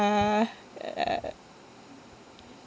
ya uh